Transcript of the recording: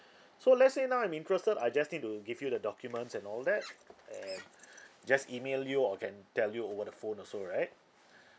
so let's say now I'm interested I just need to give you the documents and all that and just email you or can tell you over the phone also right